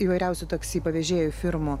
įvairiausių taksi pavėžėjų firmų